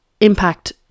impact